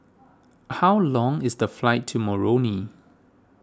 how long is the flight to Moroni